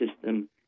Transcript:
system